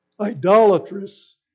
idolatrous